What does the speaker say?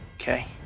okay